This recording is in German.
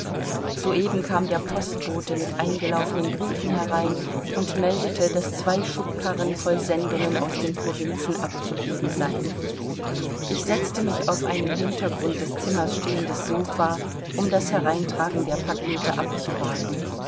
soeben kam der postbote mit eingelaufenen briefen herein und meldete daß zwei schubkarren voll sendungen aus den provinzen abzugeben seien ich setze mich auf ein im hintergrund des zimmers stehendes sofa um das hereintragen der pakete abzuwarten